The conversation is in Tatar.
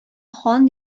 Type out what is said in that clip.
хан